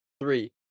three